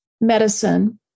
medicine